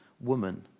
woman